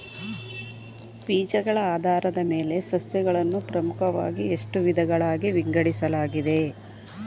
ಬೀಜಗಳ ಆಧಾರದ ಮೇಲೆ ಸಸ್ಯಗಳನ್ನು ಪ್ರಮುಖವಾಗಿ ಎಷ್ಟು ವಿಧಗಳಾಗಿ ವಿಂಗಡಿಸಲಾಗಿದೆ?